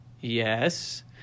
yes